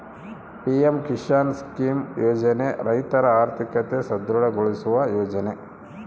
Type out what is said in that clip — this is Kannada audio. ಪಿ.ಎಂ ಕಿಸಾನ್ ಸ್ಕೀಮ್ ಯೋಜನೆ ರೈತರ ಆರ್ಥಿಕತೆ ಸದೃಢ ಗೊಳಿಸುವ ಯೋಜನೆ